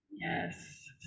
yes